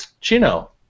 Chino